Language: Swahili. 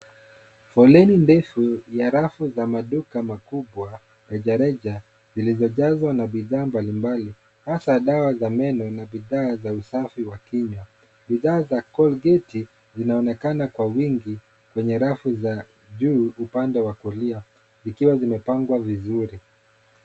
Foleni ndefu ya rafu za maduka makubwa rejareja zilizojazwa na bidhaa mbalimbali hasa bidhaa ya meno na dawa za usafi kinywa. Bidhaa za colgate zinaonekana kwenye rafu za juu upande wa kulia, zikiwa zimepangwa vizuri.